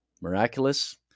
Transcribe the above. miraculous